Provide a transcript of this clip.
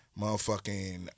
motherfucking